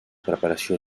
preparació